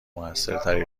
موثرتری